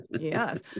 Yes